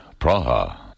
Praha